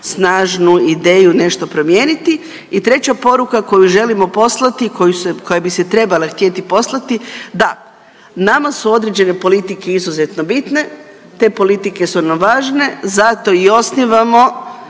snažnu ideju nešto promijeniti. I treća poruka koju želimo poslati, koja bi se trebala htjeti poslati. Da, nama su određene politike izuzetno bitne, te politike su nam važne zato i osnivamo